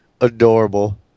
adorable